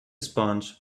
sponge